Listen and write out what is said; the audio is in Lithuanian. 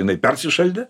jinai persišaldė